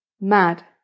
mad